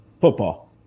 Football